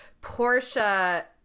Portia